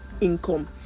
income